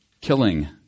killing